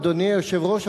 אדוני היושב-ראש,